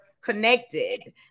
connected